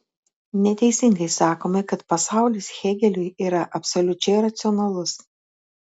neteisingai sakome kad pasaulis hėgeliui yra absoliučiai racionalus